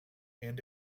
and